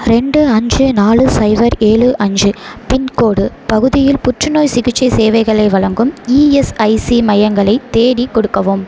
ரெண்டு அஞ்சு நாலு சைபர் ஏழு அஞ்சு பின்கோடு பகுதியில் புற்றுநோய் சிகிச்சை சேவைகளை வழங்கும் இஎஸ்ஐசி மையங்களை தேடி கொடுக்கவும்